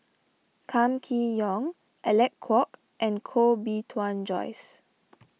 Kam Kee Yong Alec Kuok and Koh Bee Tuan Joyce